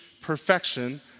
perfection